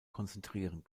konzentrieren